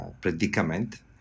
predicament